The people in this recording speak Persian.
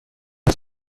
است